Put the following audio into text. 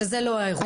שזה לא האירוע.